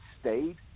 stayed